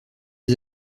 ses